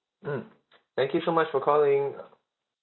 mm thank you so much for calling uh